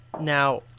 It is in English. Now